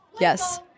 Yes